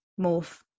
morph